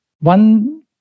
one